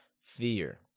Fear